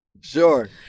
Sure